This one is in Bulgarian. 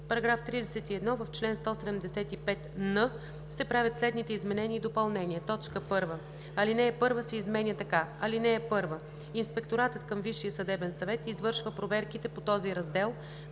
§ 31: „§ 31. В чл. 175н се правят следните изменения и допълнения: 1. Алинея 1 се изменя така: „(1) Инспекторатът към Висшия съдебен съвет извършва проверките по този раздел